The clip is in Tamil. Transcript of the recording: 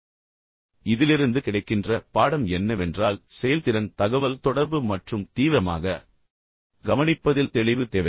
எனவே இதிலிருந்து கிடைக்கின்ற பாடம் என்னவென்றால் செயல்திறன் தகவல்தொடர்பு மற்றும் தீவிரமாக கவனிப்பதில் தெளிவு தேவை